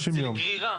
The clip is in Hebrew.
זה לגרירה.